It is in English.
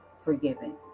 forgiving